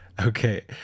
Okay